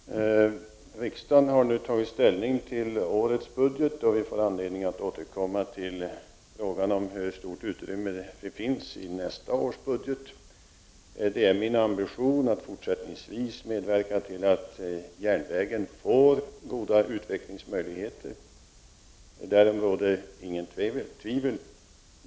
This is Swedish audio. Herr talman! Riksdagen har nu tagit ställning till årets budgetproposition. Vi får anledning att återkomma till frågan om hur stort utrymme det finns i nästa års budget. Det är min ambition att också i fortsättningen medverka till att järnvägen får goda utvecklingsmöjligheter. Därom råder inget tvivel.